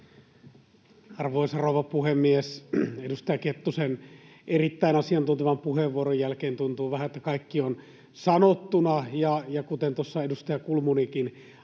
Arvoisa rouva puhemies! Edustaja Kettusen erittäin asiantuntevan puheenvuoron jälkeen tuntuu vähän, että kaikki on sanottuna. Kuten tuossa edustaja Kulmunikin